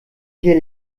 hier